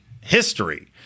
History